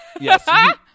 Yes